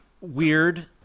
Weird